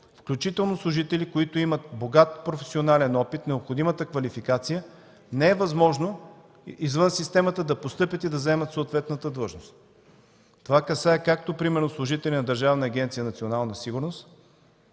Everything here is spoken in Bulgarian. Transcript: включително служители, които имат богат професионален опит, необходимата квалификация, не е възможно извън системата да постъпят и да заемат съответната длъжност. Това касае примерно служители на Държавна агенция „Национална сигурност”,